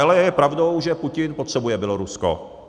Ale je pravdou, že Putin potřebuje Bělorusko.